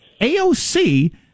AOC